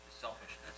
selfishness